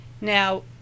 now